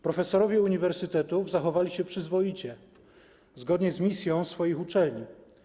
Profesorowie uniwersytetów zachowali się przyzwoicie, zgodnie z misją swoich uczelni.